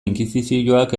inkisizioak